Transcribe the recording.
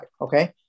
okay